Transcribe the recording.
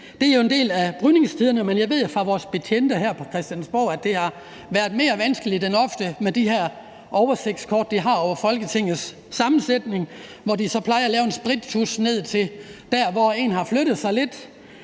Det er jo en del af brydningstiderne. Men jeg ved fra vores betjente her på Christiansborg, at det har været mere vanskeligt end ellers med de her oversigtskort over Folketingets sammensætning, som de har, og hvor de så plejer at markere med en sprittusch der, hvor en har flyttet sig lidt.